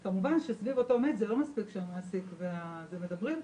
כמובן, זה לא מספיק שהמעסיק והעובד מדברים,